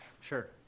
Sure